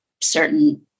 certain